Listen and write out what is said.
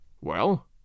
Well